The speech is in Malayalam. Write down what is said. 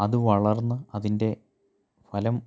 അത് വളർന്ന് അതിൻ്റെ ഫലം